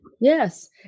Yes